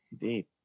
Indeed